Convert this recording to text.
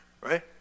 Right